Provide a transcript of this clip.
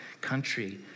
country